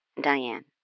Diane